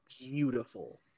beautiful